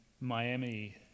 Miami